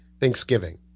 Thanksgiving